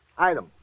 Item